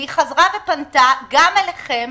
והיא חזרה ופנתה גם אליכם,